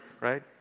right